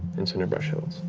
in cinderbrush hills.